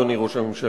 אדוני ראש הממשלה,